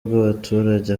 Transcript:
bw’abaturage